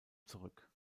zurück